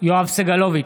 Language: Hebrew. יואב סגלוביץ'